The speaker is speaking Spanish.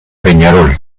peñarol